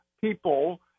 people